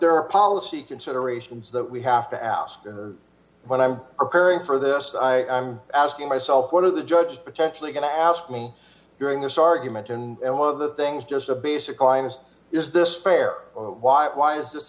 there are policy considerations that we have to ask when i'm preparing for this i am asking myself what are the judge potentially going to ask me during this argument and one of the things just a basic line is is this fair why why is